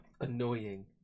annoying